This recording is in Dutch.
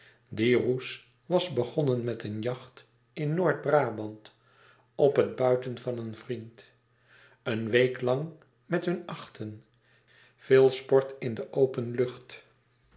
roes was begonnen met een jacht in noord-brabant op het buiten van een vriend een week lang met hun achten veel sport in de open lucht